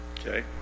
okay